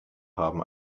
haben